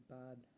bad